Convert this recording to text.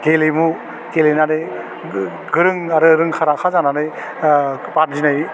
गेलेमु गेलेनानै गो गोरों आरो रोंखा राखा जानानै बादिनाय